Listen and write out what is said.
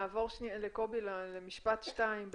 נעבור לקובי למשפט-שניים,